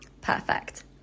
Perfect